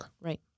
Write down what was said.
Right